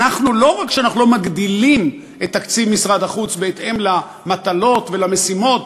לא רק שאנחנו לא מגדילים את תקציב משרד החוץ בהתאם למטלות ולמשימות,